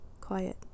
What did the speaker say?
Quiet